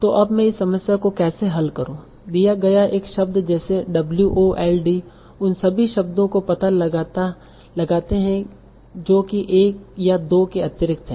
तो अब मैं इस समस्या को कैसे हल करूं दिया गया एक शब्द जैसे wold उन सभी शब्दों का पता लगाते हैं जो कि 1 या 2 के अतिरिक्त हैं